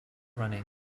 running